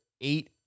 eight